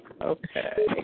Okay